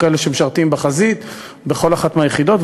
יש כאלה שמשרתים בחזית בכל אחת מהיחידות.